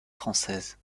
française